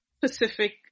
Pacific